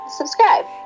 subscribe